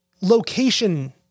location